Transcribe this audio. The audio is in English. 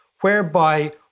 whereby